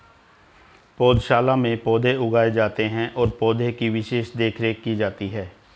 पौधशाला में पौधे उगाए जाते हैं और पौधे की विशेष देखरेख की जाती है